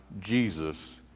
Jesus